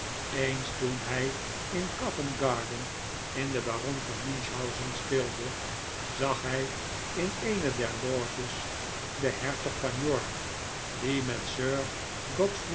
eens toen hij in co vent garden in de baron van munchhausen speelde zag hij in eene der loges den hertog van york die met